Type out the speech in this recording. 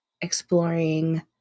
exploring